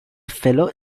fellow